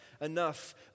enough